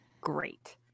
Great